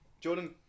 Jordan